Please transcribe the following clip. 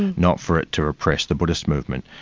and not for it to repress the buddhist movement.